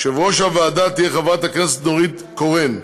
יושבת-ראש הוועדה תהיה חברת הכנסת נורית קורן.